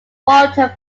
waltham